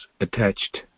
attached